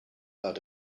out